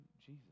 Jesus